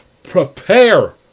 prepare